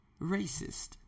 racist